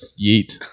Yeet